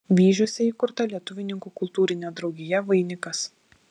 vyžiuose įkurta lietuvininkų kultūrinė draugija vainikas